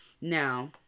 now